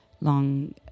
long